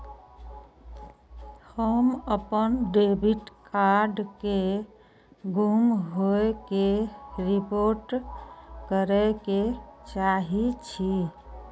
हम अपन debit card के गुम होय के रिपोर्ट करे के चाहि छी